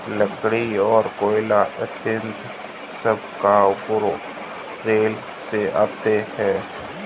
लकड़ी, कोयला इत्यादि सब कार्गो रेल से आते हैं